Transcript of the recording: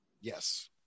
Yes